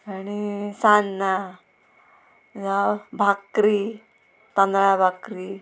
आनी सान्नां जावं भाकरी तांदळा बाकरी